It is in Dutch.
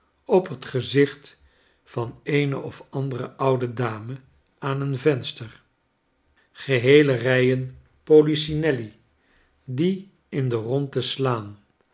op het gezicht van eene of andere oude dame aan een venster geheele rijen p o i c i n e i die in de rondte slaan